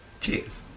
cheers